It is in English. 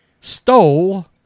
stole